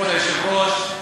כבוד היושב-ראש,